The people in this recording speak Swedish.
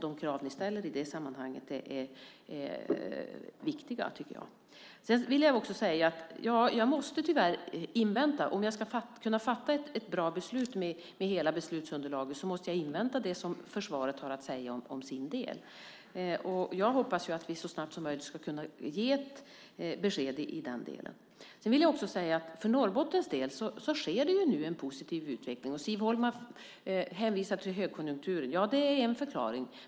De krav ni ställer i det sammanhanget är viktiga. Om jag ska kunna fatta ett bra beslut med hela beslutsunderlaget måste jag invänta det som försvaret har att säga om sin del. Jag hoppas att vi så snabbt som möjligt ska kunna ge ett besked i den delen. Sedan vill jag också säga att det för Norrbottens del nu sker en positiv utveckling. Siv Holma hänvisar till högkonjunkturen. Ja, det är en förklaring.